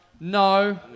No